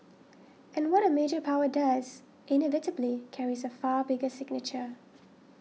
and what a major power does inevitably carries a far bigger signature